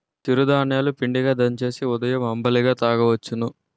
చిరు ధాన్యాలు ని పిండిగా దంచేసి ఉదయం అంబలిగా తాగొచ్చును